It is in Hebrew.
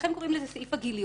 לכן קוראים לזה סעיף הגיליוטינה.